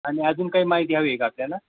आणि अजून काही माहिती हवी आहे का आपल्याला